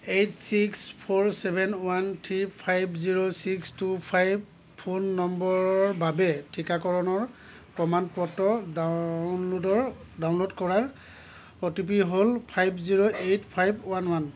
eight six four seven one three five zero six two five phone নম্বৰৰ বাবে টীকাকৰণৰ প্ৰমাণ পত্ৰ ডাউনলোডৰ ডাউনলোড কৰাৰ অ' টি পি হ'ল five zero eight five one one